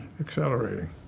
accelerating